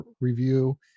review